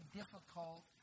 difficult